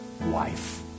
wife